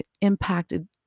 impacted